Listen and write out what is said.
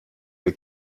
der